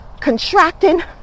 contracting